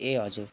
ए हजुर